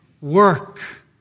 Work